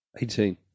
Eighteen